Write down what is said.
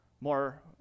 More